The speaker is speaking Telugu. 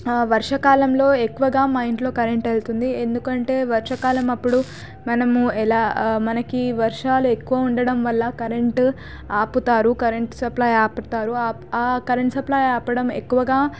వర్ష కాలంలో ఎక్కువగా మా ఇంట్లో కరెంటు వెళ్తుంది ఎందుకంటే వర్ష కాలం అప్పుడు మనము ఎలా మనకి వర్షాలు ఎక్కువ ఉండడం వల్ల కరెంటు ఆపుతారు కరెంటు సప్లై ఆపుతారు ఆ కరెంటు సప్లై ఆపడం ఎక్కువగా